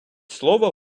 слово